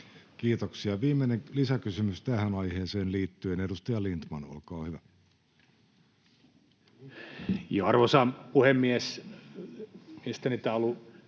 Kiitoksia. — Viimeinen lisäkysymys tähän aiheeseen liittyen, edustaja Lindtman, olkaa hyvä. Arvoisa puhemies! Mielestäni tämä on ollut